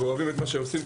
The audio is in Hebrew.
ואוהבים את מה שהם עושים.